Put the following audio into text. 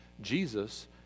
Jesus